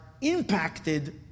impacted